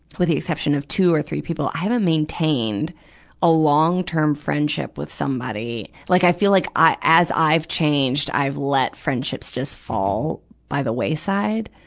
with the exception of two or three people, i haven't maintained a long-term friendship with somebody. like i feel like i, as i've changed, i let friendships just fall by the wayside.